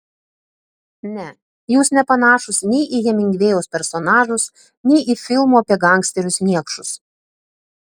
ne jūs nepanašūs nei į hemingvėjaus personažus nei į filmų apie gangsterius niekšus